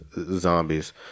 zombies